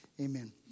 Amen